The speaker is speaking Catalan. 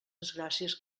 desgràcies